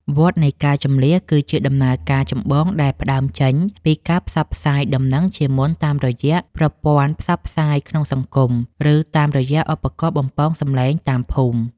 វដ្តនៃការជម្លៀស គឺជាដំណើរការចម្បងដែលផ្តើមចេញពីការផ្សព្វផ្សាយដំណឹងជាមុនតាមរយៈប្រព័ន្ធផ្សព្វផ្សាយក្នុងស្រុក ឬតាមរយៈឧបករណ៍បំពងសំឡេងតាមភូមិ។